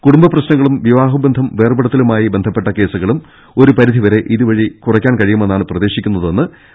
കുടുംബ പ്രശ്നങ്ങളും വിവാഹബന്ധം വേർപ്പെടുത്തുന്നതുമാ യി ബന്ധപ്പെട്ട് കേസുകളും ഒരു പരിധിവരെ ഇതുവഴി കുറയ് ക്കാൻ കഴിയുമെന്നാണ് പ്രതീക്ഷിക്കുന്നതെന്നും അവർ പറഞ്ഞു